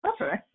Okay